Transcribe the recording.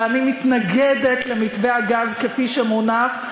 ואני מתנגדת למתווה הגז כפי שמונח.